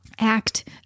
act